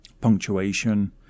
punctuation